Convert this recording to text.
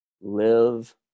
Live